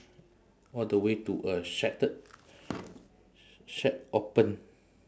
all the way to a sheltered shack open